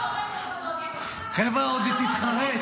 חבר'ה, עוד היא תתחרט.